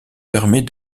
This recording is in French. permet